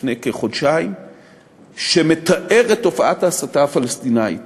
מאמר שמתאר את תופעת ההסתה הפלסטינית